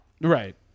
Right